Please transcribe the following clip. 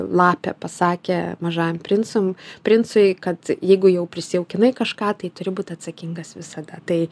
lapė pasakė mažajam princum princui kad jeigu jau prisijaukinai kažką tai turi būt atsakingas visada tai